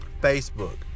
Facebook